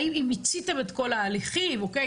האם אם מיציתם את כל ההליכים, אוקיי?